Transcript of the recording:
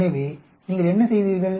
எனவே நீங்கள் என்ன செய்தீர்கள்